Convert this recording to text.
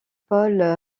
paul